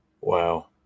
Wow